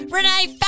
Renee